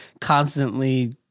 constantly